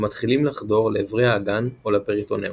המתחילים לחדור לאיברי האגן או לפריטונאום.